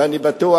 ואני בטוח,